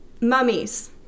Mummies